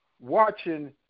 watching